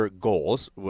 goals